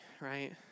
right